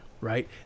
right